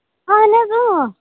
اہن حظ اۭں